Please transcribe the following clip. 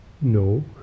No